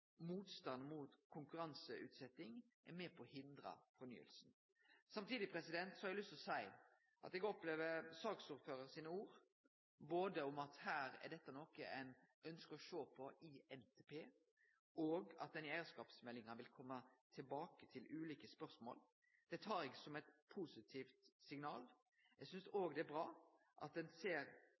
motstand mot konkurranseutsetjing er med på å hindre fornyinga. Samtidig har eg lyst til å seie at eg opplever saksordføraren sine ord om at dette er noko ein ønskjer å sjå på i NTP, og at ein i eigarskapsmeldinga vil kome tilbake til ulike spørsmål, som positive signal. Eg synest òg det er bra at ein ser